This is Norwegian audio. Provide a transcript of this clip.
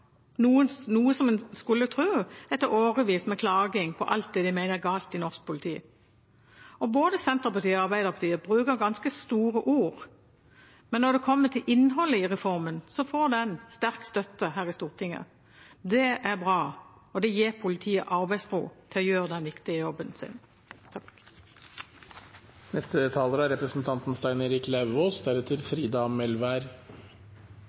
noe en skulle tro etter årevis med klaging på alt det de mener er galt i norsk politi. Både Senterpartiet og Arbeiderpartiet bruker ganske store ord, men når det kommer til innholdet i reformen, får den sterk støtte her i Stortinget. Det er bra, og det gir politiet arbeidsro til å gjøre den viktige jobben sin.